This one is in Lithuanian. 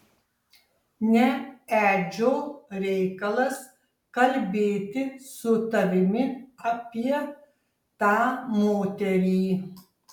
ne edžio reikalas kalbėti su tavimi apie tą moterį